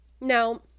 Now